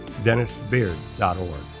Dennisbeard.org